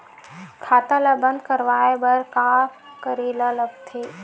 खाता ला बंद करवाय बार का करे ला लगथे?